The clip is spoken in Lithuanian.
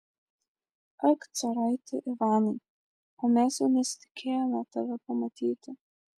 ak caraiti ivanai o mes jau nesitikėjome tave pamatyti